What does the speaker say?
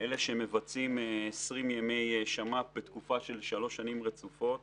אלה שמבצעים 20 ימי שמ"פ בתקופה של 3 שנים רצופות